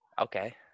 Okay